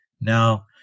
Now